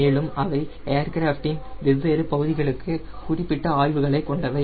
மேலும் அவை ஏர்கிராஃப்ட்டின் வெவ்வேறு பகுதிகளுக்கு குறிப்பிட்ட ஆய்வுகளை கொண்டவை